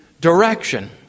direction